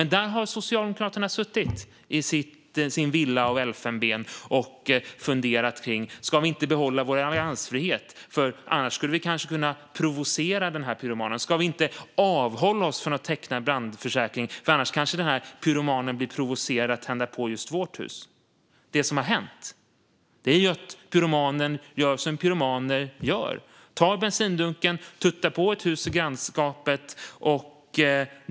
Men där har Socialdemokraterna suttit i sin villa av elfenben och funderat kring: Ska vi inte behålla vår alliansfrihet? Annars skulle vi kanske kunna provocera pyromanen. Ska vi inte avhålla oss från att teckna en brandförsäkring? Annars kanske pyromanen blir provocerad att tända på just vårt hus. Det som har hänt är att pyromanen har gjort som pyromaner gör. Han har tagit bensindunken och tuttat på ett hus i grannskapet.